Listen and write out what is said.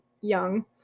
young